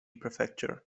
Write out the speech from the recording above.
prefecture